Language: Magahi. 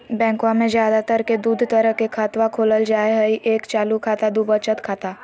बैंकवा मे ज्यादा तर के दूध तरह के खातवा खोलल जाय हई एक चालू खाता दू वचत खाता